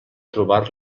trobar